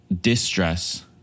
distress